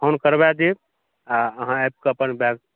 phone करबा देब आ अहाँ आबिक अपन बैग